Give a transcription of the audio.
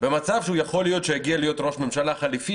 במצב שהוא יכול להיות שיגיע להיות ראש ממשלה חליפי